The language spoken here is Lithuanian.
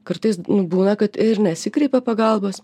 kartais būna kad ir nesikreipia pagalbos